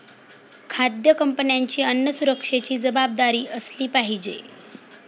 खाद्य कंपन्यांची अन्न सुरक्षेची जबाबदारी असली पाहिजे